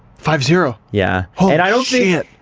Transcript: five zero. yeah, and i don't see it.